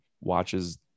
watches